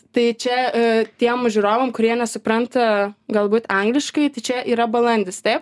tai čia tiems žiūrovam kurie nesupranta galbūt angliškai tai čia yra balandis taip